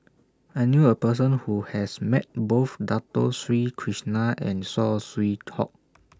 I knew A Person Who has Met Both Dato Sri Krishna and Saw Swee Hock